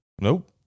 Nope